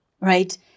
right